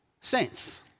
saints